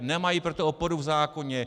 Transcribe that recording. Nemají pro to oporu v zákoně.